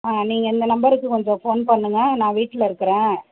ஆ நீங்கள் இந்த நம்பருக்கு கொஞ்சம் ஃபோன் பண்ணுங்க நான் வீட்டில் இருக்கிறேன்